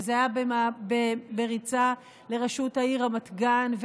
וזה היה בריצה לראשות העיר רמת גן,